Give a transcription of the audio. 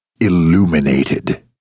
illuminated